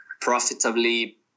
profitably